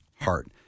heart